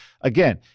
again